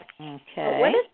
Okay